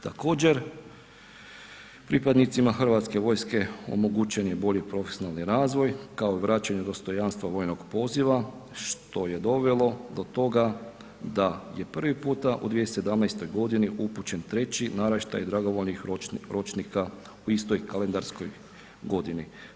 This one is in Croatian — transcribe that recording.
Također pripadnicima Hrvatske vojske omogućen je bolji profesionalni razvoj kao vračanje dostojanstva vojnog poziva što je dovelo do toga da je prvi puta u 2017. upućen treći naraštaj dragovoljnih ročnika u istoj kalendarskoj godini.